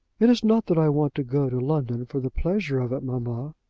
it is not that i want to go to london for the pleasure of it, mamma.